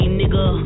nigga